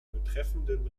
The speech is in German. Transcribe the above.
betreffenden